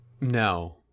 No